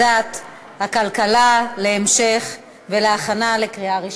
לוועדת הכלכלה להכנה לקריאה ראשונה.